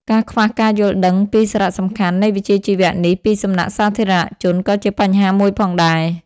ការខ្វះការយល់ដឹងពីសារៈសំខាន់នៃវិជ្ជាជីវៈនេះពីសំណាក់សាធារណជន ក៏ជាបញ្ហាមួយផងដែរ។